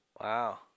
Wow